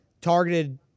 targeted